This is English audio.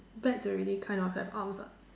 bats already kind of have arms [what]